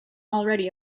already